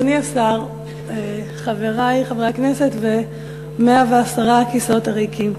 אדוני השר, חברי חברי הכנסת ו-110 הכיסאות הריקים,